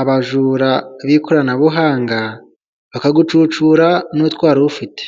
abajura b'ikoranabuhanga, bakagucucura n'utwa wari ufite.